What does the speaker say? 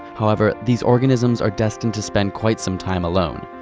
however, these organisms are destined to spend quite some time alone.